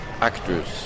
actors